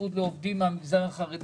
עדיפות למחקר